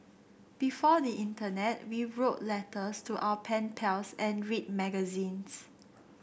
before the internet we wrote letters to our pen pals and read magazines